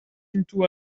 into